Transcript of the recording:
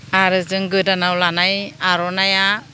आरो जों गोदोनायाव लानाय आर'नाइआ